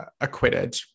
acquitted